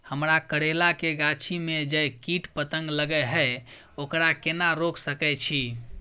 हमरा करैला के गाछी में जै कीट पतंग लगे हैं ओकरा केना रोक सके छी?